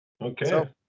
Okay